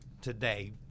today